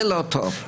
זה לא טוב.